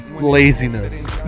laziness